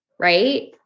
right